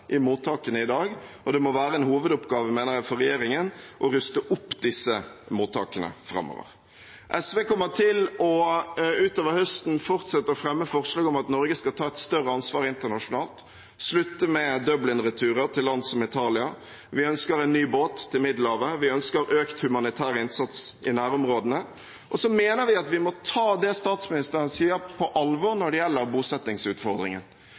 i mottakene i dag. Det må være en hovedoppgave, mener jeg, for regjeringen å ruste opp disse mottakene framover. SV kommer utover høsten til å fortsette å fremme forslag om at Norge skal ta et større ansvar internasjonalt, slutte med Dublin-returer til land som Italia. Vi ønsker en ny båt til Middelhavet, vi ønsker økt humanitær innsats i nærområdene. Så mener vi at vi må ta det statsministeren sier, på alvor når det gjelder bosettingsutfordringen.